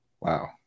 wow